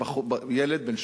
ילדים,